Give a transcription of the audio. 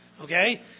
Okay